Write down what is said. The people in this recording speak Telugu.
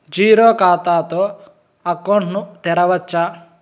జీరో ఖాతా తో అకౌంట్ ను తెరవచ్చా?